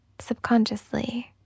subconsciously